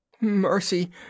Mercy